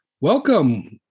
welcome